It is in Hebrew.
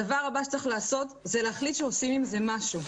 הדבר הבא שצריך לעשות זה להחליט שעושים עם זה משהו.